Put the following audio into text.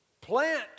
plant